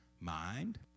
mind